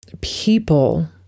people